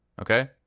Okay